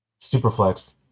Superflex